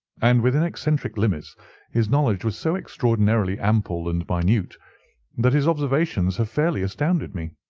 and within eccentric limits his knowledge was so extraordinarily ample and minute that his observations have fairly astounded me.